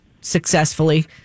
successfully